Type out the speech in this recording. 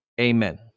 Amen